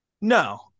No